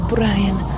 Brian